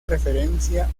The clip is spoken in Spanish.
referencia